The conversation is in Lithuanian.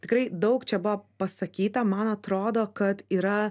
tikrai daug čia buvo pasakyta man atrodo kad yra